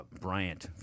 Bryant